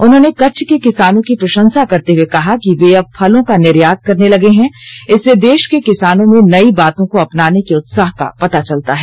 उन्होंने कच्छ के किसानों की प्रशंसा करते हुए कहा कि वे अब फलों का निर्यात करने लगे हैं इससे देश के किसानों में नई बातों को अपनाने के उत्साह का पता चलता है